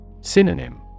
Synonym